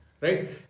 Right